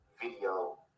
video